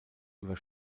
über